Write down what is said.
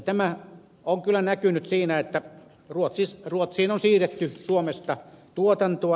tämä on kyllä näkynyt siinä että ruotsiin on siirretty suomesta tuotantoa